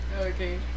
Okay